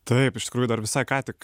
taip iš tikrųjų dar visai ką tik